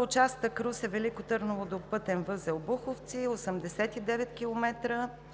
Участъкът Русе – Велико Търново до пътен възел „Буховци“ – км